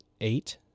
eight